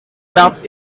about